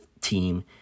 team